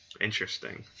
Interesting